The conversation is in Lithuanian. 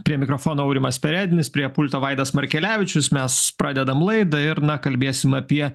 prie mikrofono aurimas perednis prie pulto vaidas markelevičius mes pradedam laidą ir na kalbėsim apie